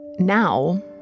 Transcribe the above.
Now